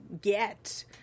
get